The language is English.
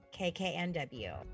KKNW